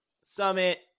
Summit